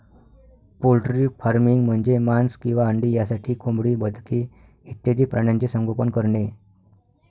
poultry farming म्हणजे मांस किंवा अंडी यासाठी कोंबडी, बदके इत्यादी प्राण्यांचे संगोपन करणे